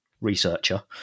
researcher